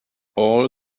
all